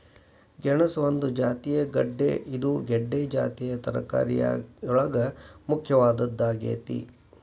ಗೆಣಸ ಒಂದು ಜಾತಿಯ ಗೆಡ್ದೆ ಇದು ಗೆಡ್ದೆ ಜಾತಿಯ ತರಕಾರಿಯೊಳಗ ಮುಖ್ಯವಾದದ್ದಾಗೇತಿ